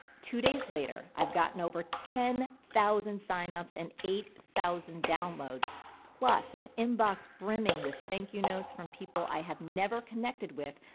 two days later i've gotten over ten thousand signups and eight thousand downloads plus an inbox brimming with thank you notes from people i have never connected with,